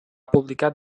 publicat